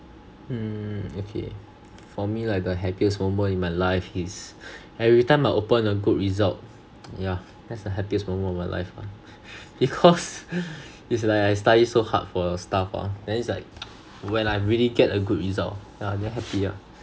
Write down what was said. mm okay for me like the happiest moment in my life is every time I open a good result yeah that's the happiest moment of my life ah because it's like I study so hard for stuff ah then it's like when I really get a good result yeah I'm very happy ah